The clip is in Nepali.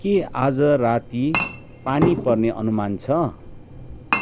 के आज राती पानी पर्ने अनुमान छ